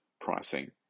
pricing